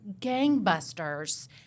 gangbusters